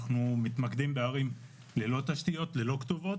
אנחנו מתמקדים בערים ללא תשתיות, ללא כתובות